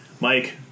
Mike